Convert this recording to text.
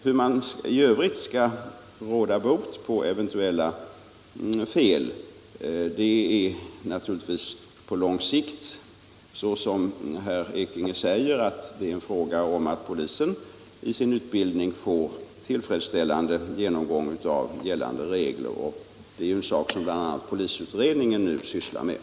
Hur man i övrigt skall förebygga eventuella fel är naturligtvis på lång sikt, som herr Ekinge säger, en fråga om att polisen i sin utbildning får en tillfredsställande genomgång av gällande regler. Detta sysslar nu bl.a. polisutredningen med.